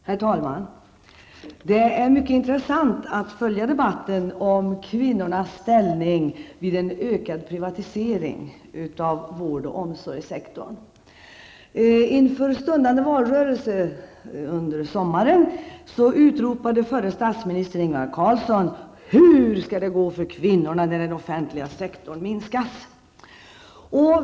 Herr talman! Det är mycket intressant att följa debatten om kvinnornas ställning vid en ökad privatisering av vård och omsorgssektorn. I somras, inför den stundande valrörelsen, utropade förre statsministern Ingvar Carlsson: ''Hur skall det gå för kvinnorna när den offentliga sektorn minskas?''